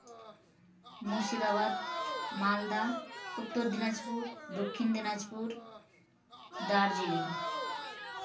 ᱢᱩᱨᱥᱤᱫᱟᱵᱟᱫᱽ ᱢᱟᱞᱫᱟ ᱩᱛᱛᱚᱨ ᱫᱤᱱᱟᱡᱽᱯᱩᱨ ᱫᱚᱠᱠᱷᱤᱱ ᱫᱤᱱᱟᱡᱽᱯᱩᱨ ᱫᱟᱨᱡᱤᱞᱤᱝ